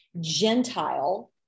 Gentile